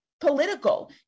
political